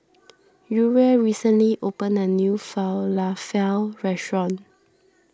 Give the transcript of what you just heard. Uriel recently opened a new Falafel restaurant